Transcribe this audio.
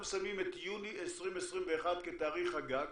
אנחנו מסמנים את יוני 2021 כתאריך הגג,